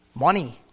Money